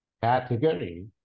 category